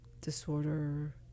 disorder